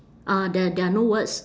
uh there there are no words